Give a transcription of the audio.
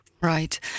Right